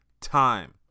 time